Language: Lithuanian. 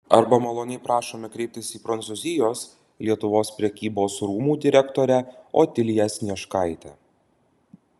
arba maloniai prašome kreiptis į prancūzijos lietuvos prekybos rūmų direktorę otiliją snieškaitę